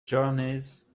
journeys